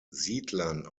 siedlern